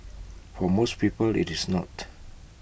for most people IT is not